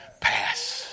pass